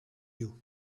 you